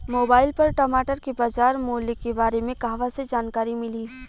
Mobile पर टमाटर के बजार मूल्य के बारे मे कहवा से जानकारी मिली?